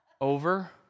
over